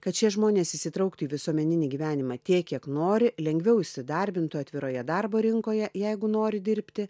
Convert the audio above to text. kad šie žmonės įsitrauktų į visuomeninį gyvenimą tiek kiek nori lengviau įsidarbintų atviroje darbo rinkoje jeigu nori dirbti